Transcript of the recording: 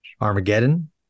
Armageddon